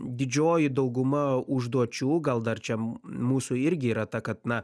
didžioji dauguma užduočių gal dar čia mūsų irgi yra ta kad na